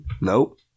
Nope